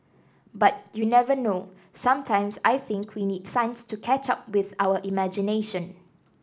but you never know sometimes I think we need science to catch up with our imagination